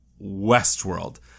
Westworld